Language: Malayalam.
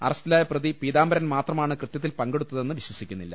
അറസ്റ്റിലായ പ്രതി പീതാംബരൻ മാത്രമാണ് കൃത്യത്തിൽ പങ്കെടുത്തതെന്ന് വിശ്വസിക്കുന്നില്ല